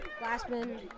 Glassman